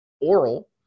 oral